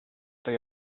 they